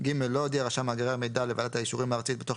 (ג)לא הודיע רשם מאגרי המידע לוועדת האישורים הארצית בתוך